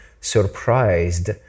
surprised